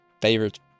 favorites